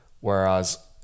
Whereas